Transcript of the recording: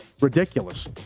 Ridiculous